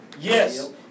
Yes